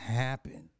happen